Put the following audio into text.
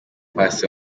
paccy